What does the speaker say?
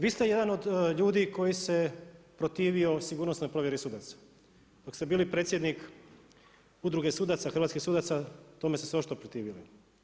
Vi ste jedan od ljudi koji se protivio sigurnosnoj provjeri sudaca dok ste bili predsjednik Udruge hrvatskih sudaca, tome ste se oštro protivili.